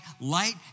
light